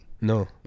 No